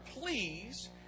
Please